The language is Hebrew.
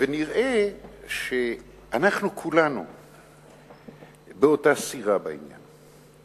ונראה שאנחנו כולנו באותה סירה בעניין הזה.